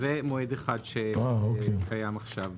זה מועד אחד שקיים עכשיו בחוק.